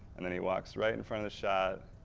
and then he walks right in front of the shot,